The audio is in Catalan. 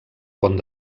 pont